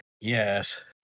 yes